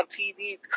TV